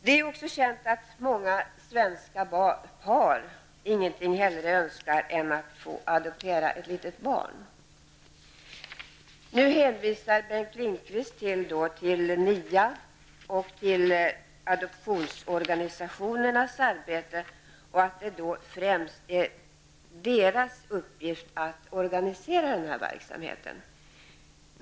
Det är också känt att många svenska par ingenting hellre önskar än att få adoptera ett litet barn. Nu hänvisar Bengt Lindqvist till NIA samt till adoptionsorganisationernas arbete och menar att det främst är deras uppgift att organisera denna verksamhet.